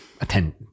attend